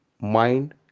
mind